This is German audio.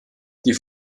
die